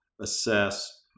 assess